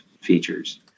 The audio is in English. features